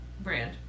brand